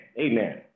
Amen